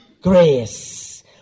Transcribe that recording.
grace